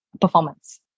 performance